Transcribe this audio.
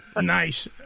Nice